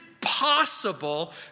possible